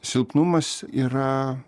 silpnumas yra